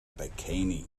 bikini